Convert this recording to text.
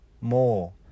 More